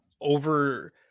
over